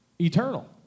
Eternal